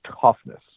toughness